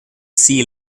sea